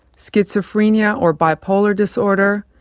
schizophrenia or bipolar disorder,